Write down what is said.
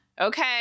Okay